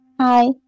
Hi